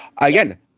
again